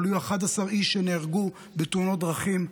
אבל היו 11 איש שנהרגו בתאונות דרכים,